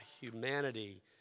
humanity